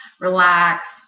Relax